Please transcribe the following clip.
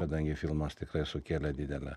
kadangi filmas tikrai sukėlė didelę